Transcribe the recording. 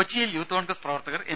കൊച്ചിയിൽ യൂത്ത് കോൺഗ്രസ് പ്രവർത്തകർ എം